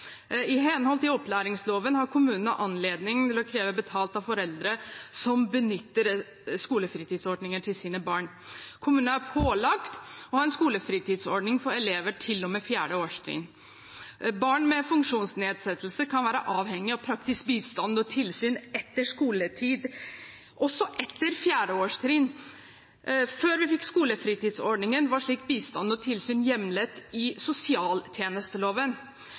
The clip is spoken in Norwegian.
I henhold til opplæringsloven har kommunene anledning til å kreve betalt av foreldre som benytter skolefritidsordninger til sine barn. Kommunene er pålagt å ha en skolefritidsordning for elever til og med 4. årstrinn. Barn med funksjonsnedsettelse kan være avhengig av praktisk bistand og tilsyn etter skoletid også etter 4. årstrinn. Før vi fikk skolefritidsordningen, var slik bistand og tilsyn hjemlet i sosialtjenesteloven